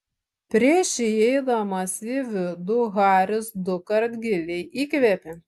prieš įeidamas į vidų haris dukart giliai įkvėpė